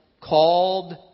called